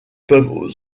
peuvent